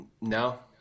no